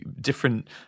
different